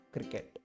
Cricket